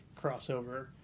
crossover